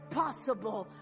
possible